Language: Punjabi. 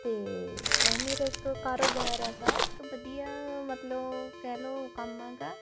ਅਤੇ ਉਹ ਮੇਰਾ ਇੱਕ ਕਾਰੋਬਾਰ ਹੈਗਾ ਇੱਕ ਵਧੀਆ ਮਤਲਬ ਕਹਿ ਲਓ ਕੰਮ ਹੈਗਾ